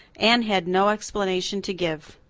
anne had no explanation to give.